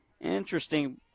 Interesting